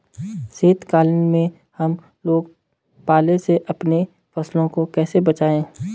शीतकालीन में हम लोग पाले से अपनी फसलों को कैसे बचाएं?